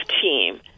team